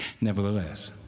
Nevertheless